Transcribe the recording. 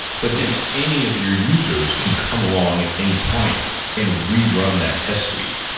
but then any of your users can come along at any point and rerun that test suite.